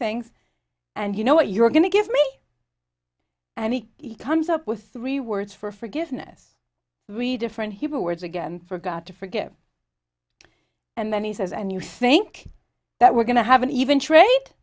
things and you know what you're going to give me and he comes up with three words for forgiveness three different hebrew words again for god to forgive and then he says and you think that we're going to have an even tra